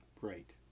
Right